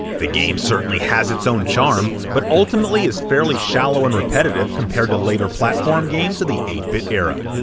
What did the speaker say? the game certainly has its own charm, but ultimately is fairly shallow and repetitive compared to later platform games of the eight bit era.